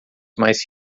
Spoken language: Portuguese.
mais